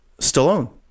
Stallone